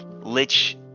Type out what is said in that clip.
lich